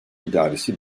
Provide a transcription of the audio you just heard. idaresi